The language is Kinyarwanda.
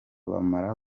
bamara